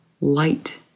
Light